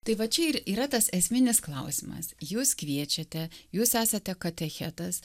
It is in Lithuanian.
tai va čia ir yra tas esminis klausimas jūs kviečiate jūs esate katechetas